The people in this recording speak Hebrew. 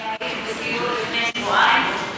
אני הייתי בסיור לפני שבועיים,